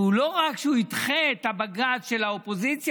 שלא רק שהוא ידחה את הבג"ץ של האופוזיציה,